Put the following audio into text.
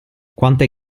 quante